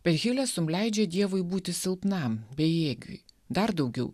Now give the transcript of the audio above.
per hilesum leidžia dievui būti silpnam bejėgiui dar daugiau